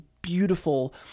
beautiful